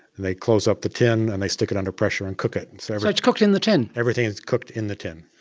they close up the tin and they stick it under pressure and cook it. and so but it's cooked in the tin? everything is cooked in the tin.